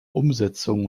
umsetzung